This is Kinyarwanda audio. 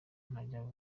ntajya